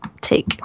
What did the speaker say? take